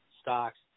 stocks